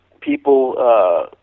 people